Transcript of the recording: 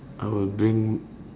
I will bring